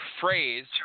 phrase